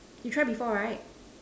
you try before right